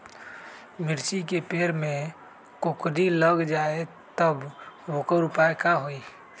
मिर्ची के पेड़ में कोकरी लग जाये त वोकर उपाय का होई?